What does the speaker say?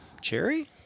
Cherry